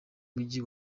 mujyi